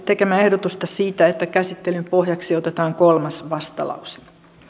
tekemää ehdotusta siitä että käsittelyn pohjaksi otetaan kolmas vastalause